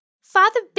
Father